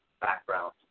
background